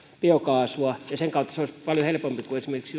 biokaasua ja sen kautta se olisi paljon helpompaa kuin esimerkiksi